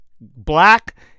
Black